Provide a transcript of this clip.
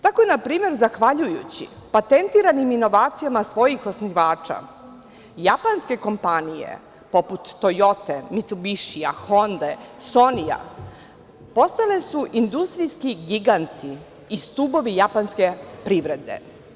Tako, na primer, zahvaljujući patentiranim inovacijama svojih osnivača, japanske kompanije, poput „Tojote“, „Micubišija“, „Honde“, „Sonija“, postale su industrijski giganti i stubovi japanske privrede.